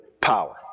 power